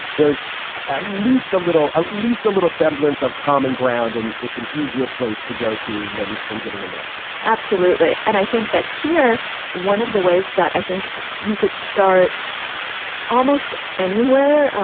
there's at least a little at least a little semblance of common ground. and it's an easier place to go to than from getting to know absolutely. and i think that here one of the ways that i think you could start almost anywhere,